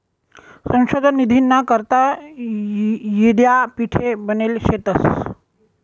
संशोधन निधीना करता यीद्यापीठे बनेल शेतंस